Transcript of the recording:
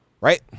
right